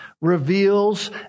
reveals